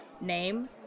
Name